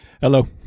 Hello